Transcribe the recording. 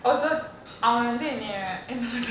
also அவங்கவந்துஎன்னய:avanka vandhu ennaya